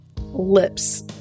lips